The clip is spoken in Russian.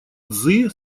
цзы